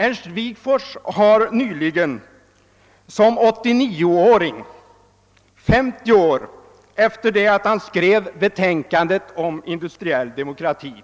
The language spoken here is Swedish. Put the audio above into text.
Ernst Wigforss har nyligen som 89 åring, 50 år efter det att han skrev betänkandet om industriell demokrati,